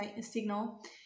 signal